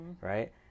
right